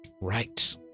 Right